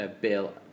Bill